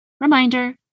reminder